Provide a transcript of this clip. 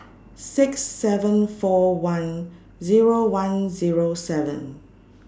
six seven four one Zero one Zero seven